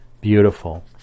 Beautiful